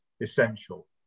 essential